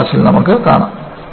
അടുത്ത ക്ലാസിൽ നമുക്ക് കാണാം